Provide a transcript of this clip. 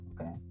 okay